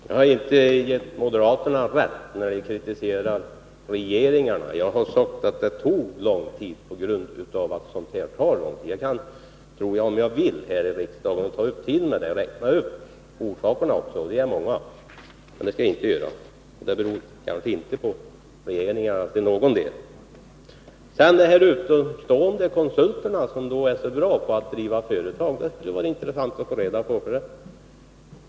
Herr talman! Jag har inte gett moderaterna rätt när de kritiserar regeringarna. Jag har sagt att det av olika skäl tog lång tid att komma fram till ett beslut. Om jag ville ta upp kammarens tid med det skulle jag kunna räkna upp orsakerna — de är många. Det skall jag emellertid inte göra. Dröjsmålet beror kanske inte till någon del på regeringarna. Det skulle vara intressant att få reda på vilka dessa utomstående konsulter är som enligt Per Westerberg är så skickliga när det gäller att driva företag.